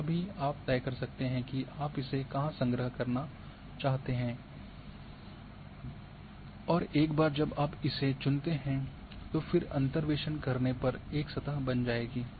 तो यह भी आप तय कर सकते हैं कि आप इसे कहां संग्रह करना चाहते हैं और एक बार जब आप इसे चुनते हैं तो फिर अंतर्वेशन करने पर एक सतह बन जाएगी